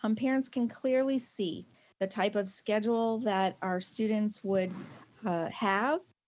um parents can clearly see the type of schedule that our students would have.